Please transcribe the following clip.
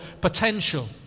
potential